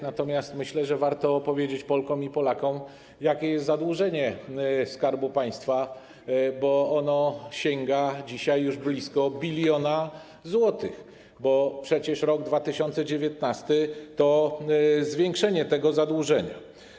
Natomiast myślę, że warto powiedzieć Polkom i Polakom, jakie jest zadłużenie Skarbu Państwa, bo ono sięga dzisiaj już blisko 1 bln złotych, bo przecież rok 2019 przyniósł zwiększenie tego zadłużenia.